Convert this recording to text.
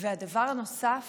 הדבר הנוסף